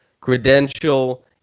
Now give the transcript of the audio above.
credential